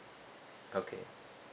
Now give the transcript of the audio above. okay